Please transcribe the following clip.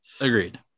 Agreed